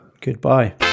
Goodbye